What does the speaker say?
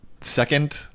second